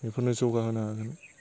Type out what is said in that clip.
बेफोरनो जौगाहोनो हागोन